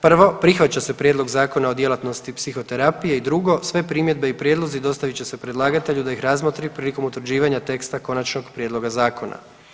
Prvo prihvaća se Prijedlog Zakona o djelatnosti psihoterapije i drugo sve primjedbe i prijedlozi dostavit će se predlagatelju da ih razmotri prilikom utvrđivanja teksta konačnog prijedloga zakona.